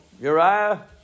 Uriah